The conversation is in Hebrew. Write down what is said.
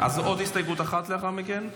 אז עוד הסתייגות אחת לאחר מכן?